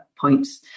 points